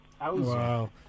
Wow